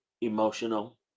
emotional